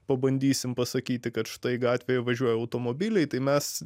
pabandysim pasakyti kad štai gatvėje važiuoja automobiliai tai mes